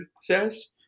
says